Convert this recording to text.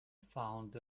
found